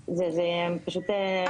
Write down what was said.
זה משהו שאנחנו צריכים לסקור פסקי דין.